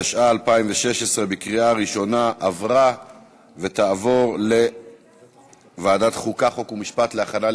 התשע"ו 2016, לוועדת החוקה, חוק ומשפט נתקבלה.